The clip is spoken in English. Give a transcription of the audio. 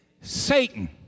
Satan